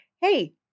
Hey